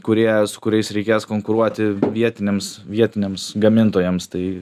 kurie su kuriais reikės konkuruoti vietiniams vietiniams gamintojams tai